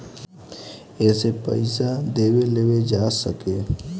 एसे पइसा देवे लेवे जा सके